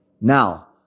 Now